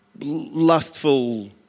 lustful